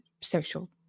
social